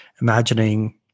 imagining